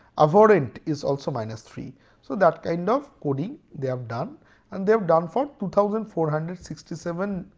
abhorrent is also minus three so that kind of coding they have done and they have done for two thousand four hundred and sixty seven